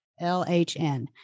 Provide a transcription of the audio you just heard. LHN